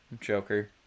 joker